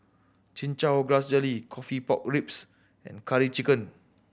Chin Chow Grass Jelly coffee pork ribs and Curry Chicken